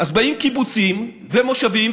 אז באים קיבוצים ומושבים,